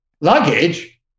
Luggage